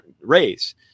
raise